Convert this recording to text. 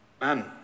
man